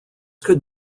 could